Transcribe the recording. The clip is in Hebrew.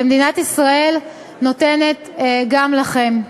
ומדינת ישראל נותנת גם לכם.